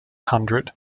hundred